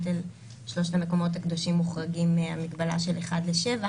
שלושת המקומות הקדושים מוחרגים מהמגבלה של 1 ל-7,